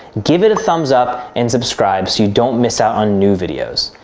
give it a thumbs up and subscribe so you don't miss out on new videos.